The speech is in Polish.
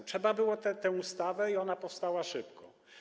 Potrzeba było tej ustawy i ona powstała szybko.